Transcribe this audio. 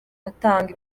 atanga